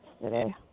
today